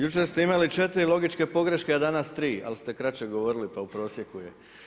Jučer ste imali četiri logičke pogreške a danas tri, ali ste kraće govorili pa u prosjeku je.